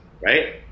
right